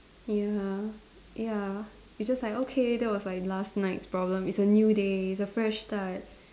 ya ya it's just like okay that was like last night's problem it's a new day it's a fresh start